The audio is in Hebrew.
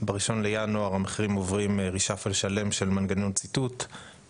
ב-1 בינואר המחירים עוברים reshuffle שלם של מנגנון ציטוט.